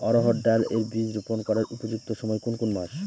অড়হড় ডাল এর বীজ রোপন করার উপযুক্ত সময় কোন কোন মাস?